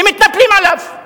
ומתנפלים עליו.